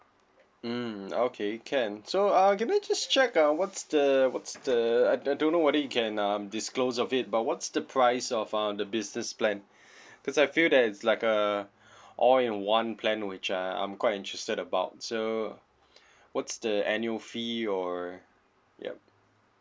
mm okay can so uh can I just check uh what's the what's the I I don't know whether you can um disclose of it but what's the price of uh the business plan cause I feel that it's like a all in one plan which uh I'm quite interested about so what's the annual fee or yup